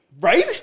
Right